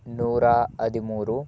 ನೂರ ಹದಿಮೂರು